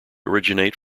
originate